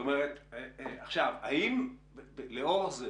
האם לאור זה